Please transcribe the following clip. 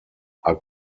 are